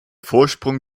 vorsprung